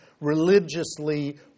religiously